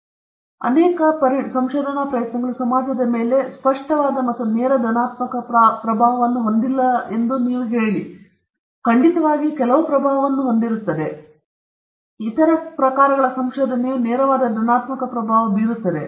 ಉದಾಹರಣೆಗೆ ಅನೇಕ ಸಂಶೋಧನಾ ಪ್ರಯತ್ನಗಳು ಸಮಾಜದ ಮೇಲೆ ಬಹಳ ಸ್ಪಷ್ಟವಾದ ಮತ್ತು ನೇರ ಧನಾತ್ಮಕ ಪ್ರಭಾವವನ್ನು ಹೊಂದಿಲ್ಲದಿರಬಹುದು ಎಂದು ಹೇಳಿ ಅವರು ಖಂಡಿತವಾಗಿಯೂ ಕೆಲವು ಪ್ರಭಾವವನ್ನು ಹೊಂದಿರಬಹುದು ಆದರೆ ಕೆಲವು ಇತರ ಪ್ರಕಾರಗಳ ಸಂಶೋಧನೆಯು ನೇರವಾದ ಧನಾತ್ಮಕ ಪ್ರಭಾವ ಬೀರುತ್ತದೆ